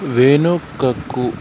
వెనుకకు